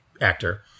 actor